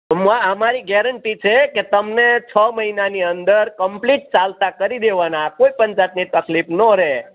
ટૂંકમાં અમારી ગેરંટી છે કે તમને છ મહિનાની અંદર કમ્પ્લીટ ચાલતા કરી દેવાના કોઈ પણ જાતની તકલીફ ન રહે